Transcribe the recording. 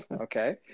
okay